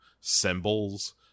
symbols